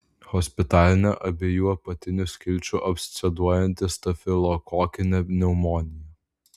hospitalinė abiejų apatinių skilčių absceduojanti stafilokokinė pneumonija